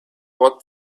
what